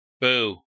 Boo